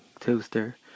Toaster